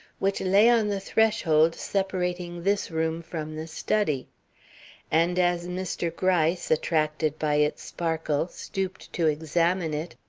which lay on the threshold separating this room from the study and as mr. gryce, attracted by its sparkle, stooped to examine it,